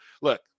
Look